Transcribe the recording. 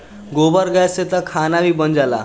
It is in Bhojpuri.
गोबर गैस से तअ खाना भी बन जाला